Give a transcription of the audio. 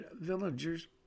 villagers